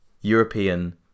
European